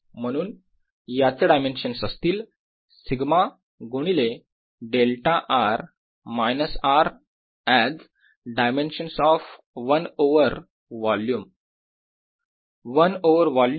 म्हणून याचे डायमेन्शन्स असतील सिग्मा गुणिले delta r minus R as dimensions of 1 over volume - 1 over volume